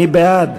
מי בעד?